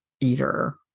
eater